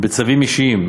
בצווים אישיים,